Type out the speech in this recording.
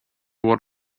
what